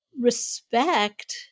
respect